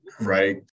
right